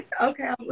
Okay